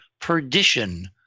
perdition